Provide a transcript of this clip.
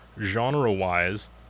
genre-wise